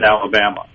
Alabama